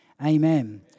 Amen